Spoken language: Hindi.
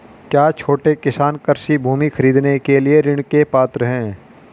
क्या छोटे किसान कृषि भूमि खरीदने के लिए ऋण के पात्र हैं?